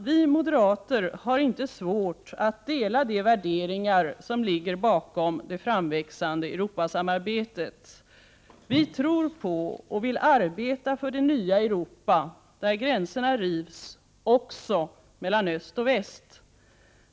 Vi moderater har inte svårt att dela de värderingar som ligger bakom det framväxande Europasamarbetet. Vi tror på och vill arbeta för det nya Europa där gränserna rivs också mellan öst och väst.